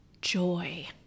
joy